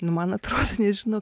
nu man atrodo nežinau